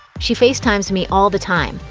she facetimes me all the time.